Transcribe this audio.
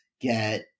get